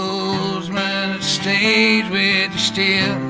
um stage with steel